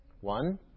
one